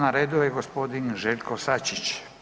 Na redu je g. Željko Sačić.